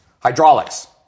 hydraulics